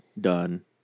done